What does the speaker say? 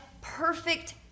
perfect